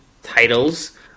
titles